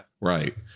right